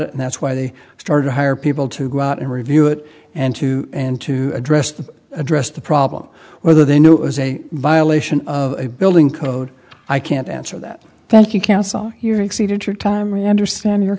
it and that's why they started to hire people to go out and review it and to and to address to address the problem whether they knew it was a violation of building code i can't answer that thank you counsel your exceeded your time really understand your